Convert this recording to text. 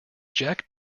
jack